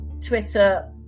Twitter